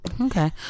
okay